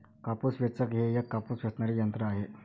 कापूस वेचक हे एक कापूस वेचणारे यंत्र आहे